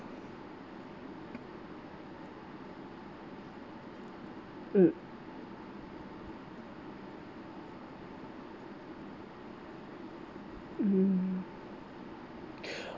um mm